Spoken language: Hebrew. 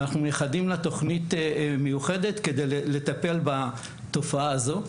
ואנחנו מייחדים לה תוכנית מיוחדת כדי לטפל בתופעה הזו.